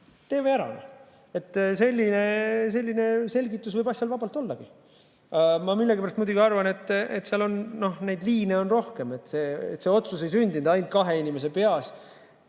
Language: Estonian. teeme ära! Selline selgitus võib asjal vabalt ollagi. Ma millegipärast arvan, et seal on neid liine rohkem, see otsus ei sündinud ainult kahe inimese peas.